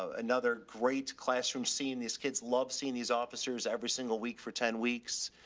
another great classrooms. seeing these kids love seeing these officers every single week for ten weeks.